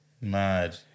Mad